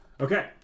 Okay